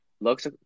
looks